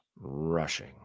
Rushing